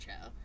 show